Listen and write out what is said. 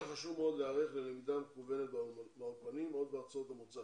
חשוב מאוד להיערך ללמידה מקוונת באולפנים עוד בארצות המוצא